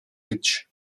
ridge